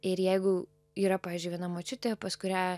ir jeigu yra pavyzdžiui viena močiutė pas kurią